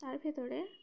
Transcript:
তার ভেতরে